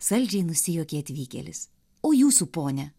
saldžiai nusijuokė atvykėlis o jūsų pone